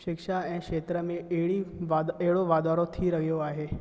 शिक्षा ऐं क्षेत्र में अहिड़ी वाध अहिड़ो वाधारो थी रहियो आहे